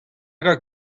gant